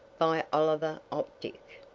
by oliver optic,